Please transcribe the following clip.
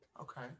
okay